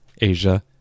Asia